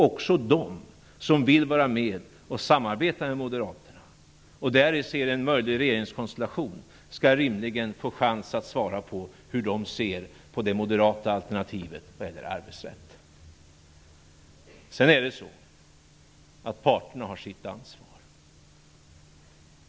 Också de som vill vara med och samarbeta med moderaterna och däri ser en möjlig regeringskonstellation skall rimligen få en chans att svara på frågan hur de ser på det moderata alternativet när det gäller arbetsrätten. Sedan har parterna sitt ansvar.